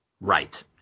right